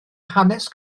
hanes